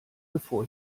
bevor